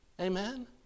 amen